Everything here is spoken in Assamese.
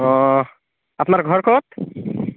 অ' আপোনাৰ ঘৰ ক'ত